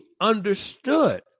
understood